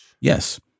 Yes